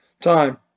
time